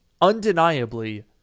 undeniably